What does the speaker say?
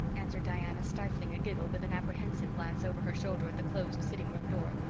answered diana, stifling a giggle with an apprehensive glance over her shoulder at the closed sitting-room door.